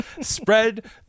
Spread